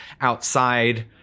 outside